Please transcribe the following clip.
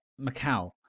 macau